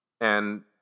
And-